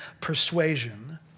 persuasion